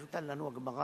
אומרת לנו הגמרא: